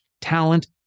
talent